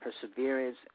perseverance